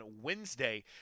Wednesday